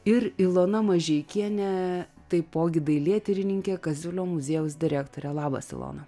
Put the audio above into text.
ir ilona mažeikienė taipogi dailėtyrininkė kasiulio muziejaus direktorė labas ilona